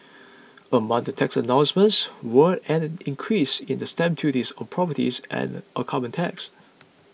among the tax announcements were an increase in the stamp duties on property and a carbon tax